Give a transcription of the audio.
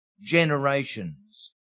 generations